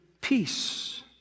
peace